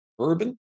Urban